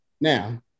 now